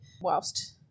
whilst